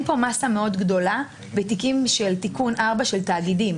אין פה מסה מאוד גדולה בתיקים של תיקון 4 של תאגידים.